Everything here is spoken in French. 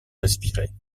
respirer